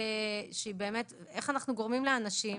איך אנחנו גורמים לאנשים